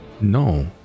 no